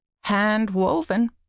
Hand-woven